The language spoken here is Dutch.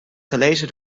gelezen